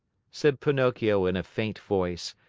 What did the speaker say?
said pinocchio in a faint voice,